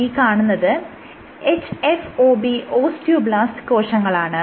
ഈ കാണുന്നത് hFOB osteoblast കോശങ്ങളാണ്